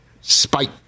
Spite